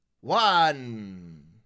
one